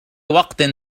وقت